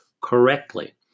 correctly